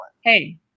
Hey